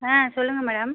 ஆ சொல்லுங்கள் மேடம்